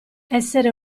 essere